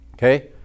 Okay